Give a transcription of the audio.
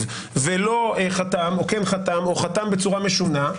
ולא חתם או כן חתם או חתם בצורה משונה,